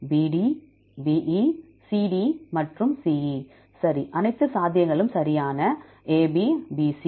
BD BE CD மற்றும் CE சரி அனைத்து சாத்தியங்களும் சரியான AB BC